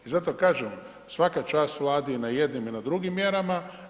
I zato kažem, svaka čast Vladi i na jednim i na drugim mjerama.